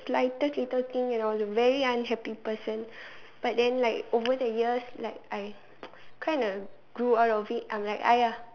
slightest little thing and I was a very unhappy person but then like over the years like I kind of grew out of it I'm like !aiya!